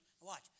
Watch